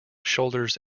shoulders